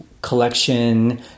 collection